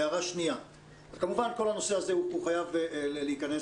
כמובן שכל הנשוא הזה חייב להיכנס